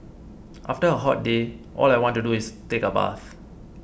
after a hot day all I want to do is take a bath